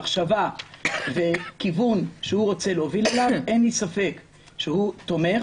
מחשבה וכיוון שהוא רוצה להוביל אליו אין לי ספק שהוא תומך